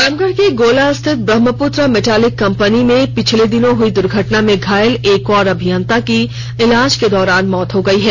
रामगढ़ के गोला स्थित Brahmaputra metallic company में पिछले दिनों हई द्घर्टना में घायल एक और अभियंता की इलाज की दौरान मौत हो गई है